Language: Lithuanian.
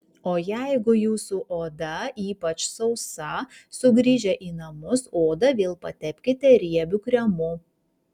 o jeigu jūsų oda ypač sausa sugrįžę į namus odą vėl patepkite riebiu kremu